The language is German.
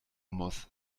muss